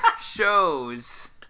shows